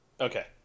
Okay